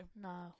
No